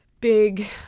big